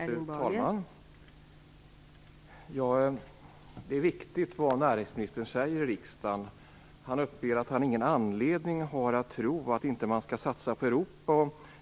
Fru talman! Det är viktigt vad näringsministern säger i riksdagen. Han uppger att han inte har någon anledning att tro att man inte skall satsa på Europa.